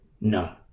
No